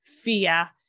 fear